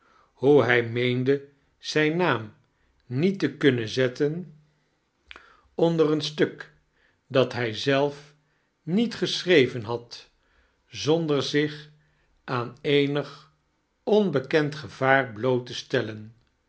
hoe hij meende zijn naam niet te kunnen zetten onder een stuk dat jiij zelf niet geschireven had zonder zich aan eenig anbekend gevaar bloot te stellen